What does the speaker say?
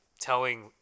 telling